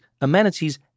amenities